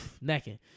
necking